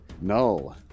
No